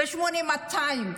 ב-8200,